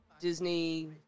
Disney